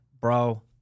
Bro